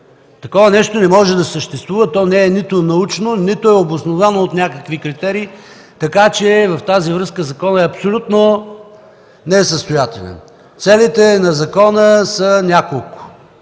Такова нещо не може да съществува. То нито е научно, нито е обосновано от някакви критерии, така че в тази връзка законът е абсолютно несъстоятелен. Целите на закона са няколко